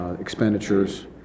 expenditures